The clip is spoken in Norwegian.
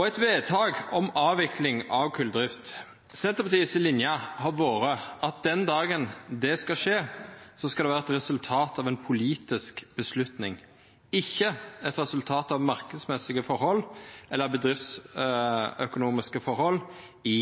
eit vedtak om avvikling av koldrift, har Senterpartiet si linje vore at den dagen det skal skje, skal det vera eit resultat av ei politisk avgjerd, ikkje eit resultat av marknadsmessige forhold eller bedriftsøkonomiske forhold i